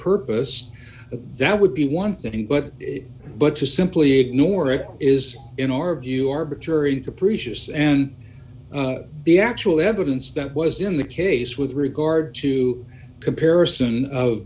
purpose that would be one thing but but to simply ignore it is in our view arbitrary capricious and the actual evidence that was in the case with regard to comparison